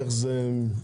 כך נהיה יותר בעניין.